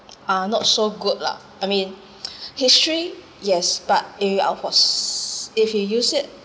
are not so good lah I mean history yes but if I was if you use it